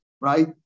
right